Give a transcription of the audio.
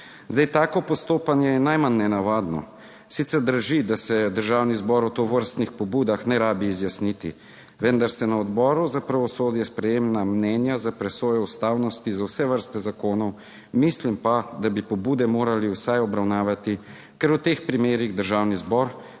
Zdaj, tako postopanje je najmanj nenavadno. Sicer drži, da se Državni zbor o tovrstnih pobudah ne rabi izjasniti, vendar se na Odboru za pravosodje sprejema mnenja za presojo ustavnosti za vse vrste zakonov. Mislim pa, da bi pobude morali vsaj obravnavati, ker v teh primerih Državni zbor